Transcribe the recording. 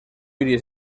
iris